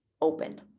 open